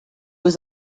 was